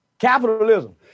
Capitalism